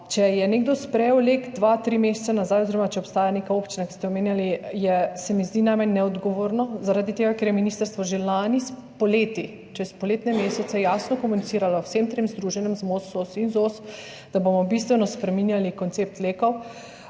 Če je nekdo sprejel LEK dva, tri mesece nazaj oziroma če obstaja neka občina, ki ste jo omenjali, se mi zdi najmanj neodgovorno, zaradi tega ker je ministrstvo že lani poleti, čez poletne mesece jasno komuniciralo z vsemi tremi združenji, ZMOS, SOS in ZOS, da bomo bistveno spreminjali koncept LEK-ov.